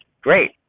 Great